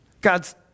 God's